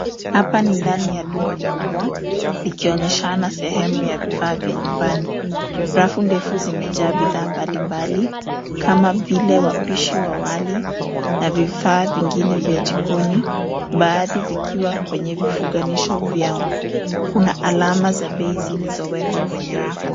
Hapa ni ndani ya duka kubwa, likionyeshana sehemu ya vifaa vya nyumbani. Rafu ndefu zimejaa bidhaa mbali mbali kama vile wapishi wa wali na vifaa vingine vya jikoni, baadhi vikiwa kwenye vifunganisho vyao. Kuna alama za bei zilizowekwa kwenye rafu.